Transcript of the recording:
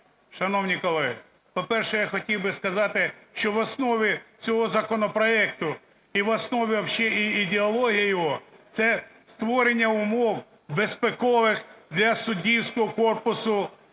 Шановні колеги, по-перше, я хотів би сказати, що в основі цього законопроекту і в основі взагалі ідеології його - це створення умов безпекових для суддівського корпусу